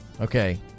Okay